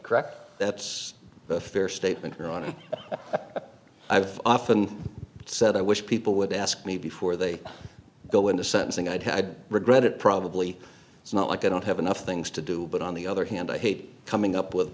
correct that's a fair statement you're on i've often said i wish people would ask me before they go into sentencing i've had regret it probably it's not like i don't have enough things to do but on the other hand i hate coming up with